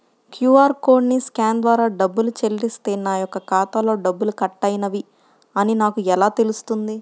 QR కోడ్ని scan ద్వారా డబ్బులు చెల్లిస్తే నా యొక్క ఖాతాలో డబ్బులు కట్ అయినవి అని నాకు ఎలా తెలుస్తుంది?